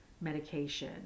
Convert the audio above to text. medication